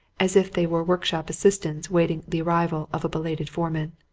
as if they were workshop assistants awaiting the arrival of a belated foreman.